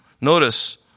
Notice